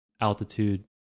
altitude